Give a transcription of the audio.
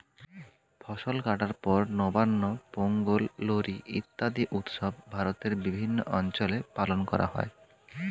ফসল কাটার পর নবান্ন, পোঙ্গল, লোরী ইত্যাদি উৎসব ভারতের বিভিন্ন অঞ্চলে পালন করা হয়